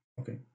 Okay